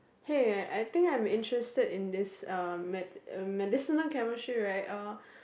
hey I I think I'm interested in this uh medi~ uh medicinal chemistry right uh